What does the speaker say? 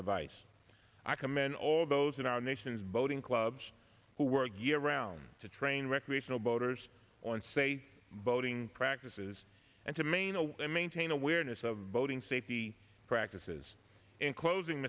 device i commend all those in our nation's boating clubs who work year round to train recreational boaters on say boating practices and to meynell and maintain awareness of boating safety practices in closing